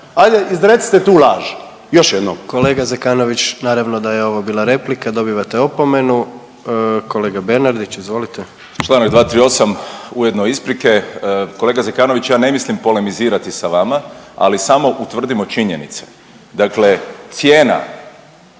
Hajde, izrecite tu laž još jednom.